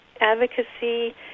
advocacy